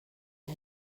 has